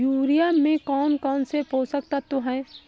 Urea में कौन कौन से पोषक तत्व है?